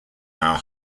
our